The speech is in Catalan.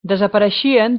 desapareixien